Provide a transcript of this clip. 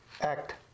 act